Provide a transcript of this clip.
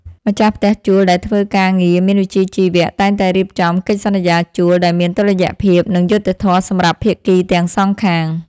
ម្ចាស់ផ្ទះជួលដែលធ្វើការងារមានវិជ្ជាជីវៈតែងតែរៀបចំកិច្ចសន្យាជួលដែលមានតុល្យភាពនិងយុត្តិធម៌សម្រាប់ភាគីទាំងសងខាង។